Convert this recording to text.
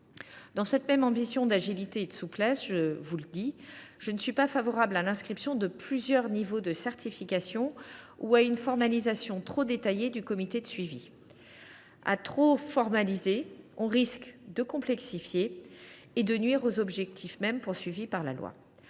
Dans cette même démarche d’agilité et de souplesse, je ne suis pas favorable à l’inscription de plusieurs niveaux de certification ou à une formalisation trop détaillée du comité de suivi. À trop formaliser, nous risquons de complexifier et de nuire aux objectifs de la loi.